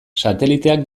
sateliteak